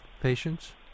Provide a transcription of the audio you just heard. patients